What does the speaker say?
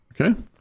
Okay